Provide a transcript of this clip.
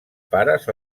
pares